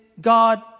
God